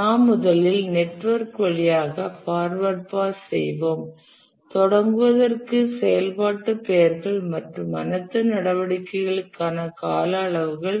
நாம் முதலில் நெட்வொர்க் வழியாக ஃபார்வர்ட் பாஸ் செய்வோம் தொடங்குவதற்கு செயல்பாட்டு பெயர்கள் மற்றும் அனைத்து நடவடிக்கைகளுக்கான கால அளவுகள்